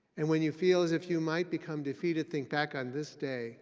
and when you feel as if you might become defeated, think back on this day